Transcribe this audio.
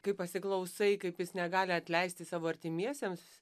kai pasiklausai kaip jis negali atleisti savo artimiesiems